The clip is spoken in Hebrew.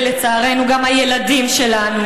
ולצערנו גם הילדים שלנו,